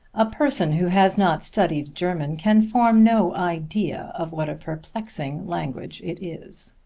a person who has not studied german can form no idea of what a perplexing language it is.